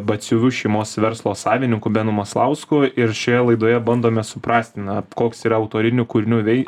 batsiuvių šeimos verslo savininku benu maslausku ir šioje laidoje bandome suprasti na koks yra autorinių kūrinių vei